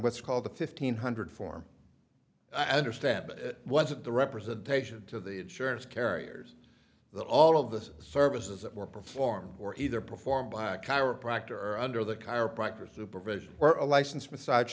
what's called the fifteen hundred form i understand but it wasn't the representation to the insurance carriers that all of the services that were performed or either performed black chiropractor under the chiropractors supervision or a licensed massage